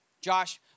Josh